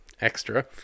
extra